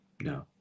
No